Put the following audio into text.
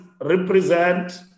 represent